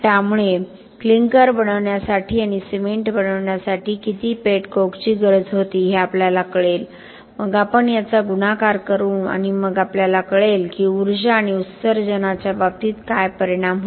त्यामुळे क्लिंकर बनवण्यासाठी आणि सिमेंट बनवण्यासाठी किती पेट कोकची गरज होती हे आपल्याला कळेल मग आपण याचा गुणाकार करू आणि मग आपल्याला कळेल की ऊर्जा आणि उत्सर्जनाच्या बाबतीत काय परिणाम होतो